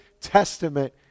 Testament